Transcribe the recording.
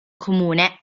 comune